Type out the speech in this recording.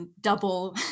double